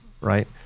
right